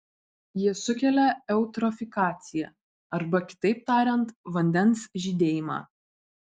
jie sukelia eutrofikaciją arba kitaip tariant vandens žydėjimą